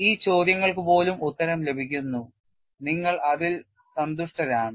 ഈ ചോദ്യങ്ങൾക്ക് പോലും ഉത്തരം ലഭിക്കുന്നു നിങ്ങൾ അതിൽ സന്തുഷ്ടരാണ്